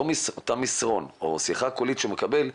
אותו מסרון או שיחה קולית שהוא מקבל,